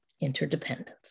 Interdependence